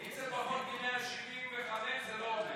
אם זה פחות מ-175 זה לא עובד.